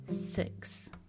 six